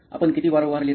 आपण किती वारंवार लिहिता